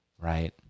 Right